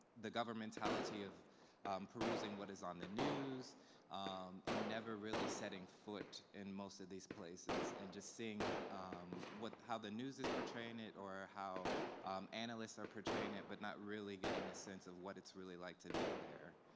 the governmentality of perusing what is on the news um and never really setting foot in most of these places and just seeing how the news is portraying it or how analysts are portraying it but not really getting a sense of what it's really like to be there.